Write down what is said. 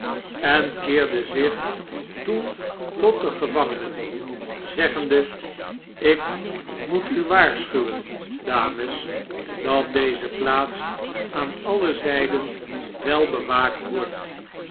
en keerde zich toen tot de gevangenen zeggende ik moet u waarschuwen dames dat deze plaats aan alle zij den wel bewaakt wordt